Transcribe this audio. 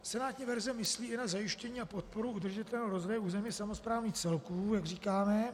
Senátní verze myslí i na zajištění a podporu udržitelného rozvoje územních samosprávných celků, jak říkáme.